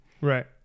Right